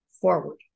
forward